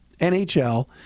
NHL